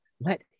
Let